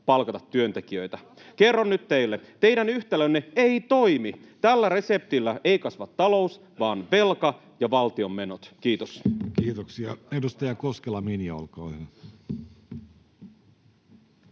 palkata työntekijöitä. Kerron nyt teille: Teidän yhtälönne ei toimi. Tällä reseptillä ei kasva talous vaan velka ja valtion menot. — Kiitos. [Speech 80] Speaker: Jussi Halla-aho